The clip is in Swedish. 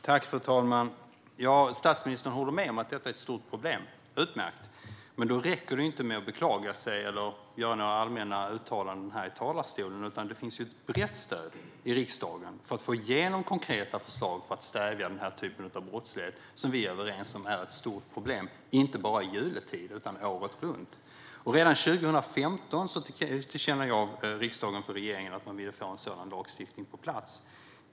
Fru talman! Statsministern håller med om att detta är ett stort problem - utmärkt! Men det räcker inte med att beklaga sig eller göra några allmänna uttalanden här i talarstolen. Det finns ett brett stöd i riksdagen för att få igenom konkreta förslag för att stävja denna typ av brottslighet, som vi är överens om är ett stort problem, inte bara i jultid utan året runt. Redan 2015 tillkännagav riksdagen för regeringen att man ville få sådan lagstiftning på plats.